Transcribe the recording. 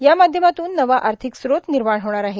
या माध्यमातून नवा आर्थक स्त्रोत र्मनमाण होणार आहे